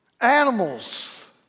Animals